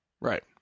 right